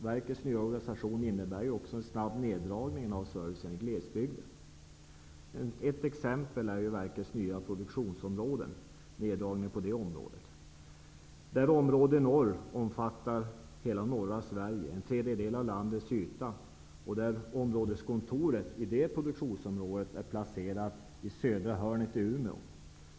Verkets nya organisation innebär också en snabb neddragning av servicen i glesbygden. Ett exempel är neddragningen inom verkets nya produktionsområden. Område Norr omfattar hela norra Sverige, dvs. en tredjedel av landets yta. Områdeskontoret i det produktionsområdet är placerat i södra hörnet, dvs. i Umeå.